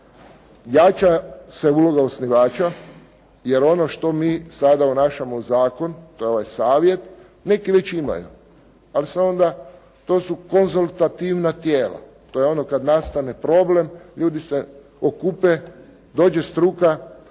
Jača se uloga osnivača, jer ono što mi sada unašamo u zakon, to je ovaj savjet, neki već imaju, ali se onda, to su konzultativna tijela. To je ono kada nastane problem ljudi se okupe, dođe struka